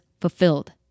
fulfilled